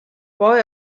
boy